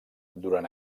durant